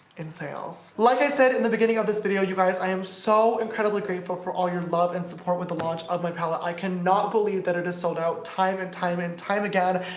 in sales. like i said in the beginning of this video you guys, i am so incredibly grateful for all your love and support with the launch of my palette. i cannot believe that it is sold out time and time and time again!